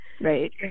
Right